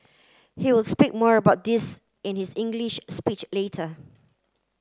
he will speak more about this in his English speech later